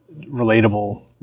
relatable